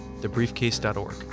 thebriefcase.org